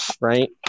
right